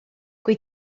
kui